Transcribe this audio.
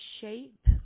shape